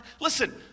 Listen